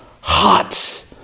hot